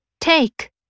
Take